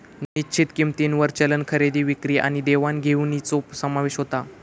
निश्चित किंमतींवर चलन खरेदी विक्री आणि देवाण घेवाणीचो समावेश होता